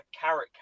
carrot